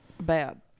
Bad